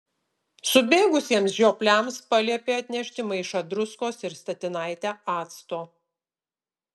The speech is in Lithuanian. subėgusiems žiopliams paliepė atnešti maišą druskos ir statinaitę acto